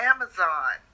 Amazon